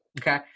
Okay